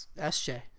SJ